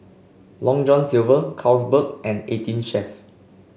Long John Silver Carlsberg and Eighteen Chef